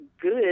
good